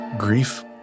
grief